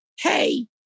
hey